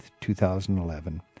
2011